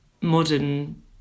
modern